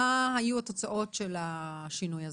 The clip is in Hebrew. מה היו התוצאות של השינוי הזה?